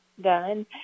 done